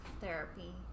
therapy